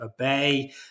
obey